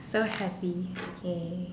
so happy K